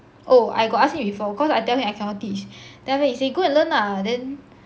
oh I got ask him before cause I tell him I cannot teach then after that he say go and learn lah then